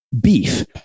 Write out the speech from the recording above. beef